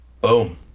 boom